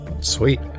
Sweet